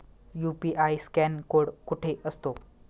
UPI scan code कुठे असतो?